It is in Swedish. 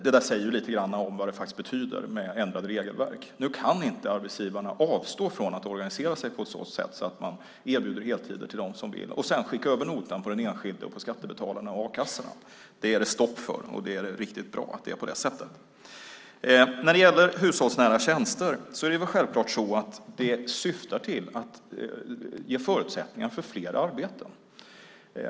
Det säger lite om vad det faktiskt betyder med ett ändrat regelverk. Nu kan inte arbetsgivarna avstå från att organisera sig på ett sådant sätt att man erbjuder heltider till dem som vill och sedan skicka över notan till den enskilde, till skattebetalarna och a-kassorna. Det är det stopp för, och det är bra. Hushållsnära tjänster syftar självklart till att ge förutsättningar för fler arbeten.